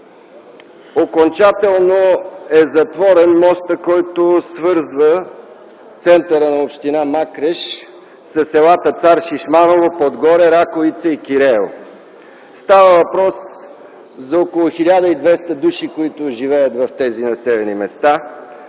окончателно е затворен мостът, който свързва центъра на община Макреш със селата Цар Шишманово, Подгоре, Раковица и Киреево. Става въпрос за около 1200 души, живеещи в тези населени места.